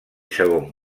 segon